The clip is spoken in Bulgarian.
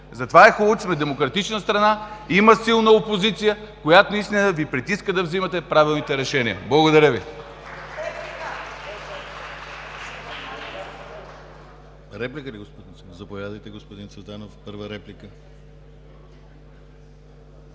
затова е хубаво, че сме демократична страна – има силна опозиция, която наистина Ви притиска да взимате правилните решения. Благодаря Ви.